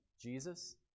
Jesus